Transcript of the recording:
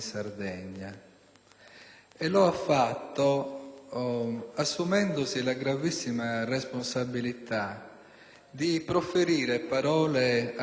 di proferire parole a dir poco ingiuriose nei confronti del candidato del centrosinistra, l'onorevole Renato Soru.